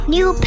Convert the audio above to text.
New